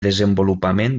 desenvolupament